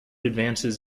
advances